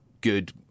good